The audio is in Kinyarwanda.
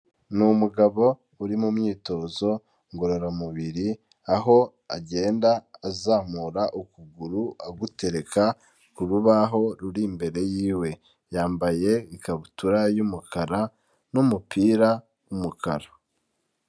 Ni umugabo uri mu myitozo ngororamubiri, aho agenda azamura ukuguru agutereka ku rubaho ruri imbere yiwe, yambaye ikabutura y'umukara n'umupira w'umukara.